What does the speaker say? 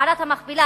מערת המכפלה,